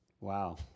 Wow